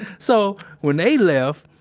so, when they left,